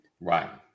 Right